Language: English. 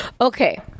Okay